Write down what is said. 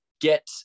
get